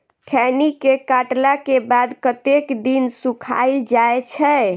खैनी केँ काटला केँ बाद कतेक दिन सुखाइल जाय छैय?